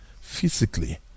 physically